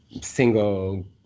single